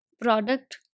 product